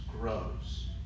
grows